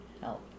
help